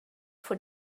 for